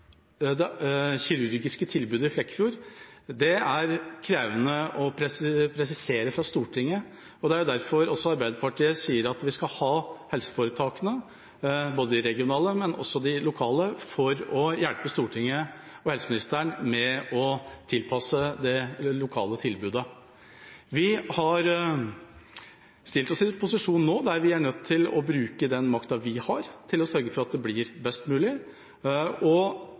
det kirurgiske tilbudet i Flekkefjord er krevende å presisere fra Stortinget. Det er jo derfor også Arbeiderpartiet sier at vi skal ha helseforetakene, både de regionale og de lokale, for å hjelpe Stortinget og helseministeren med å tilpasse det lokale tilbudet. Vi har satt oss i den posisjonen nå, der vi er nødt til å bruke den makta vi har, til å sørge for at det blir best mulig, og